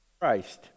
Christ